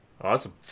awesome